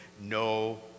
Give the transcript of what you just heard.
no